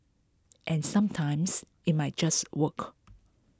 and sometimes it might just work